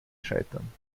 scheitern